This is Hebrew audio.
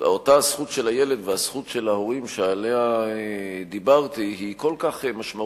שאותה זכות של הילד וזכות של ההורים שעליה דיברתי היא משמעותית